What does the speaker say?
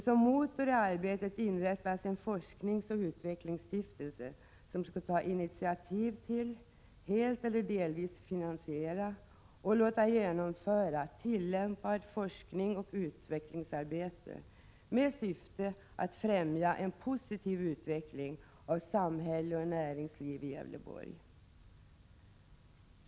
Som motor i arbetet inrättas en forskningsoch utvecklingsstiftelse, som skall ta initiativ till, helt eller delvis finansiera och låta genomföra tillämpad forskning och utvecklingsarbete med syfte att främja en positiv utveckling av samhälle och näringsliv i Gävleborg.